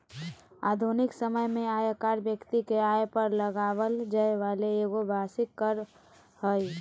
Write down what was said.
आधुनिक समय में आयकर व्यक्ति के आय पर लगाबल जैय वाला एगो वार्षिक कर हइ